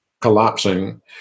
collapsing